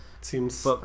seems